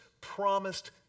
promised